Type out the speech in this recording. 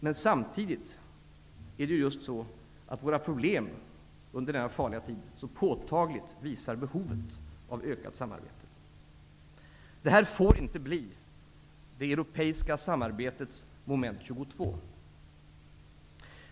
Men samtidigt är det just så att våra problem under den här farliga tiden så påtagligt visar behovet av ökat samarbete. Detta får inte bli det europeiska samarbetets moment 22.